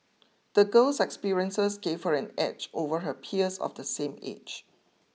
the girl's experiences gave her an edge over her peers of the same age